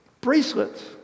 Bracelets